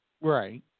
Right